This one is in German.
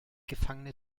gefangene